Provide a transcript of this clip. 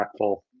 impactful